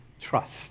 trust